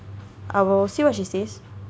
I will see what she says